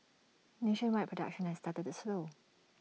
nationwide production has started to slow